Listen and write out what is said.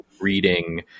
reading